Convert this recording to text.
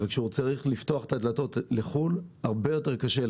אבל כשהוא צריך לפתוח את הדלתות לחו"ל זה הרבה יותר קשה,